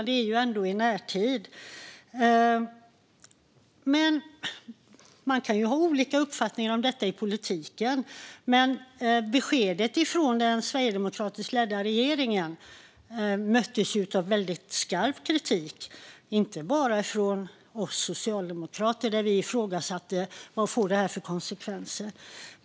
Det är ändå i närtid. Man kan ha olika uppfattningar om detta i politiken. Men beskedet från den sverigedemokratiskt ledda regeringen möttes av väldigt skarp kritik. Det var inte bara från oss socialdemokrater. Vi ifrågasatte vad det får för konsekvenser.